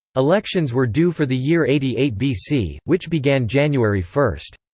elections were due for the year eighty eight bc, which began january first.